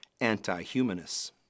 anti-humanists